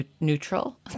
neutral